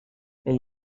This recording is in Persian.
اون